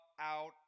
out